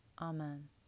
Amen